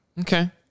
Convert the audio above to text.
okay